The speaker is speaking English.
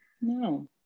No